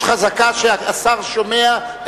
יש חזקה שהשר שומע,